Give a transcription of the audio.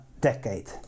decade